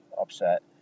upset